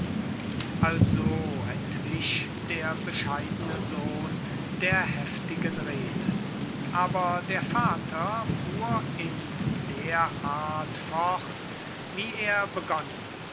also entwich der bescheidene sohn der heftigen rede aber der vater fuhr in der art fort wie er begonnen